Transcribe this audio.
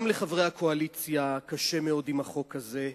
גם לחברי הקואליציה קשה עם החוק הזה,